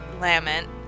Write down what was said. Lament